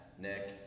Nick